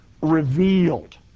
revealed